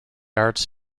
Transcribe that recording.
arts